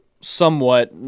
somewhat